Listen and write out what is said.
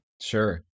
Sure